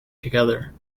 together